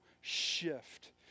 shift